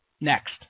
Next